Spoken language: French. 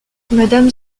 madame